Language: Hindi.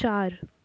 चार